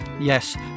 Yes